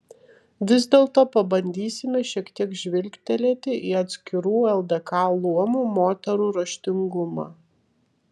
vis dėlto pabandysime šiek tiek žvilgtelėti į atskirų ldk luomų moterų raštingumą